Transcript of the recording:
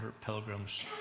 pilgrims